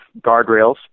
guardrails